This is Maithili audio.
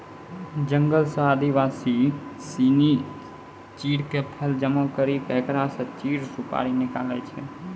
जंगल सॅ आदिवासी सिनि चीड़ के फल जमा करी क एकरा स चीड़ सुपारी निकालै छै